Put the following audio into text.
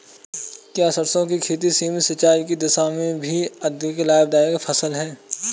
क्या सरसों की खेती सीमित सिंचाई की दशा में भी अधिक लाभदायक फसल है?